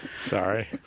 Sorry